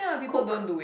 cook